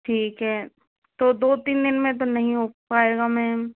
ठीक है तो दो तीन दिन में तो नहीं हो पायेगा मेम